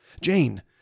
Jane